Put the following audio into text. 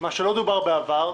מה שלא דובר בעבר,